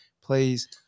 please